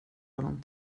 honom